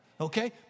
okay